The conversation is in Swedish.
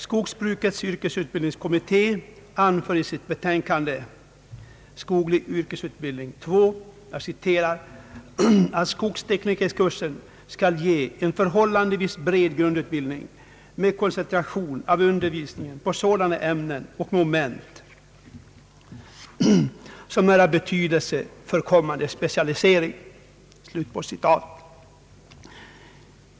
Skogsbrukets utbildningskommitté anför i sitt betänkande »Skoglig yrkesutbildning II» att »skogsteknikerkursen skall ge en förhållandevis bred grundutbildning med koncentration av undervisningen på sådana ämnen och moment som är av betydelse för kommande specialisering».